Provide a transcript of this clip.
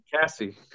Cassie